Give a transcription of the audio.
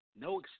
No